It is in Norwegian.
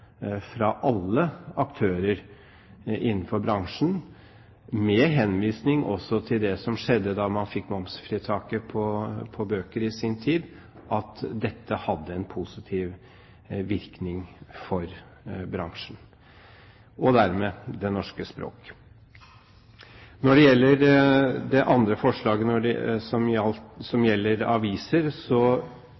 fra alle aktører innenfor bransjen, med henvisning også til det som skjedde da man fikk momsfritaket på bøker i sin tid, at dette hadde en positiv virkning for bransjen og dermed det norske språk. Når det gjelder det andre forslaget, som gjelder aviser, er vår holdning at det